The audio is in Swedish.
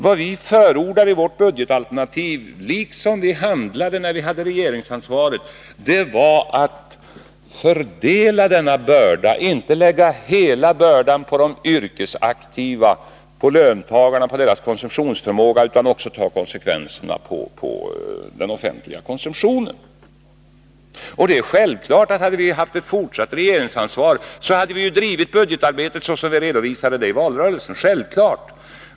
Vad vi förordar i vårt budgetalternativ är detsamma som styrde vårt handlande när vi hade regeringsansvaret, nämligen att man skall fördela denna börda och inte lägga den bara på de yrkesaktiva, på löntagarna och deras konsumtionsförmåga, utan också låta den offentliga konsumtionen ta konsekvenserna. Hade vi fått fortsatt regeringsansvar, skulle vi självfallet ha drivit budgetarbetet så som vi redovisade i valrörelsen. Det är självklart.